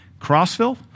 Crossville